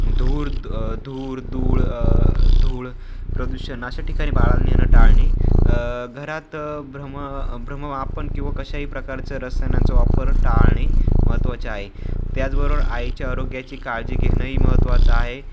धूर धूर धूळ धूळ प्रदूषण अशा ठिकाणी बाळाला नेणं टाळणे घरात भ्रम भ्रमवा आपण किंवा कशाही प्रकारचं रसायनांचा वापर टाळणे महत्त्वाचे आहे त्याचबरोबर आईच्या आरोग्याची काळजी घेणंही महत्त्वाचं आहे